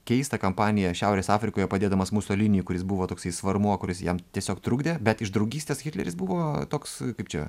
keistą kampaniją šiaurės afrikoje padėdamas musoliniui kuris buvo toksai svarmuo kuris jam tiesiog trukdė bet iš draugystės hitleris buvo toks kaip čia